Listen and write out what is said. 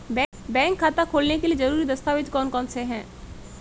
Bank खाता खोलने के लिए ज़रूरी दस्तावेज़ कौन कौनसे हैं?